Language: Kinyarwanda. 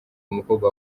umukobwa